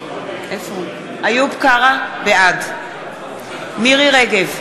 בעד מירי רגב,